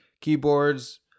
keyboards